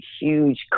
huge